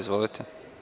Izvolite.